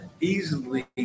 easily